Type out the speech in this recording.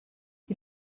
die